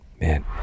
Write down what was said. Man